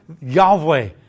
Yahweh